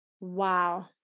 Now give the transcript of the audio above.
Wow